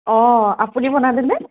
অঁ আপুনি বনালেনে